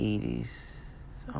80s